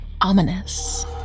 Ominous